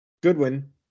Goodwin